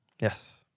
yes